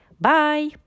Bye